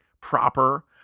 proper